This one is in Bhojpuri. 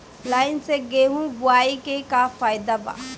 लाईन से गेहूं बोआई के का फायदा बा?